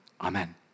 Amen